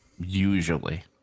usually